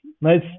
nice